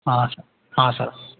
हाँ हाँ सर